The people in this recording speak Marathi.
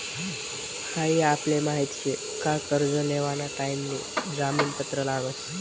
हाई आपले माहित शे का कर्ज लेवाना टाइम ले जामीन पत्र लागस